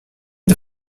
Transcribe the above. the